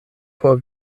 por